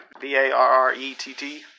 B-A-R-R-E-T-T